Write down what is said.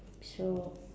so